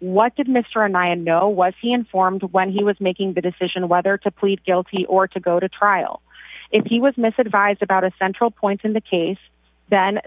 what did mr nigh and no was he informed when he was making the decision whether to plead guilty or to go to trial if he was misled advised about a central point in the case then